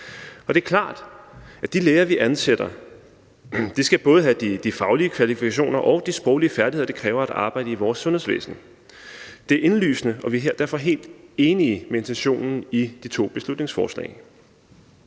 Det er klart, at de læger, vi ansætter, både skal have de faglige kvalifikationer og de sproglige færdigheder, det kræver at arbejde i vores sundhedsvæsen – det er indlysende. Og vi er derfor helt enige i intentionen i de to beslutningsforslag.